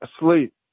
Asleep